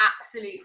absolute